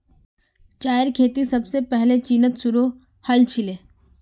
चायेर खेती सबसे पहले चीनत शुरू हल छीले